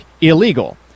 illegal